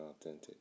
authentic